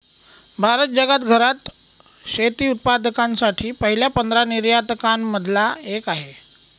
भारत जगात घरात शेती उत्पादकांसाठी पहिल्या पंधरा निर्यातकां न मधला एक आहे